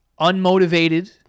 unmotivated